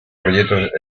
proyectos